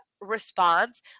response